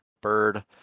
bird